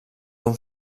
d’un